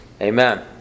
Amen